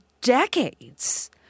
decades